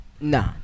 nah